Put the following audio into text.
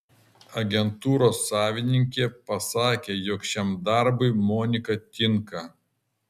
agentūros savininkė pasakė jog šiam darbui monika tinka